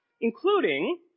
including